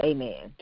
Amen